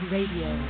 Radio